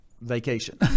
vacation